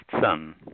son